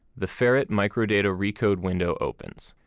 the ferrett microdata recode window opens.